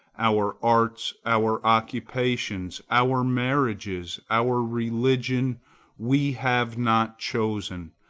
our arts, our occupations, our marriages, our religion we have not chosen,